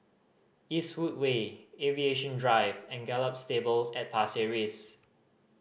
Eastwood Way Aviation Drive and Gallop Stables at Pasir Ris